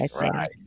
right